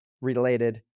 related